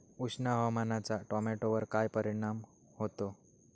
उष्ण हवामानाचा टोमॅटोवर काय परिणाम होतो?